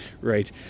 Right